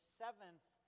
seventh